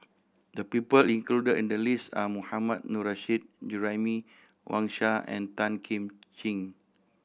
the people included in the list are Mohammad Nurrasyid Juraimi Wang Sha and Tan Kim Ching